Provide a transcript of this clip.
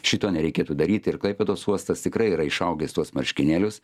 šito nereikėtų daryt ir klaipėdos uostas tikrai yra išaugęs tuos marškinėlius